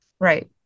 right